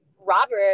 Robert